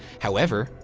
however,